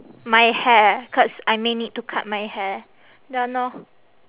my hair cause I may need to cut my hair done lor